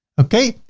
okay.